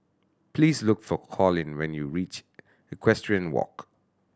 please look for Colin when you reach Equestrian Walk